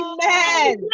Amen